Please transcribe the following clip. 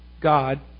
God